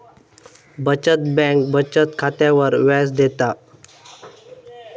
बचत बँक बचत खात्यावर व्याज देता